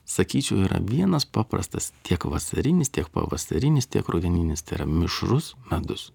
sakyčiau yra vienas paprastas tiek vasarinis tiek pavasarinis tiek rudeninis tai yra mišrus medus